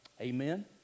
Amen